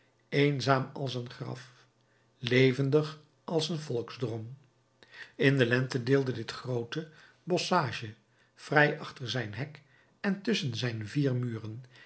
eenzaam als een graf levendig als een volksdrom in de lente deelde dit groote bosschage vrij achter zijn hek en tusschen zijn vier muren